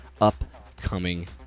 upcoming